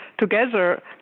together